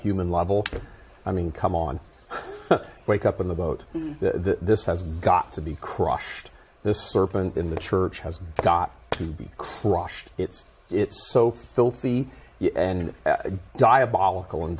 human level i mean come on wake up in the boat this has got to be crushed this serpent in the church has got to be crushed it's it's so filthy and diabolical and